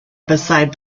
beside